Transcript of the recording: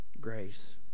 grace